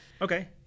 Okay